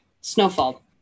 snowfall